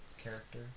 character